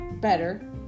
better